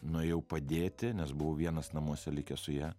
nuėjau padėti nes buvau vienas namuose likęs su ja